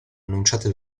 annunciate